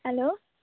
hello